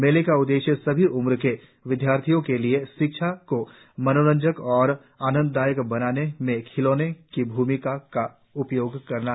मेले का उद्देश्य सभी उम्र के विदयार्थियों के लिए शिक्षा को मनोरंजक और आनन्ददायक बनाने में खिलौनों की भूमिका का उपयोग करना है